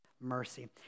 mercy